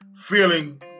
feeling